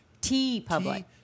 T-Public